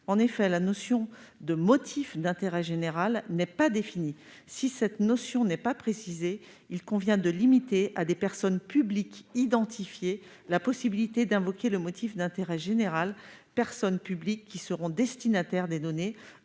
En effet, la notion de « motif d'intérêt général » n'est pas définie. Si cette notion n'est pas précisée, il convient de limiter à des personnes publiques identifiées la possibilité d'invoquer ce motif. Ces personnes publiques seront destinataires des données,